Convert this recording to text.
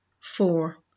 Four